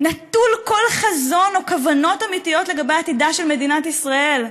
נטול כל חזון או כוונות אמיתיות לגבי עתידה של מדינת ישראל?